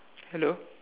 hello